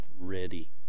ready